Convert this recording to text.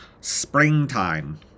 Springtime